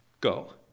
Go